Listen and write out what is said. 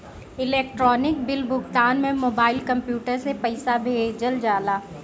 electronic bill भुगतान में mobile, computer से पईसा भेजल जाला